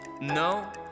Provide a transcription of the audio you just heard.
no